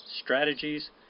strategies